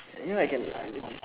you know I can